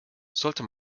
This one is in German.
sollte